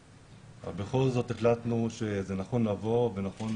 אבל בכל זאת החלטנו שזה נכון לבוא ונכון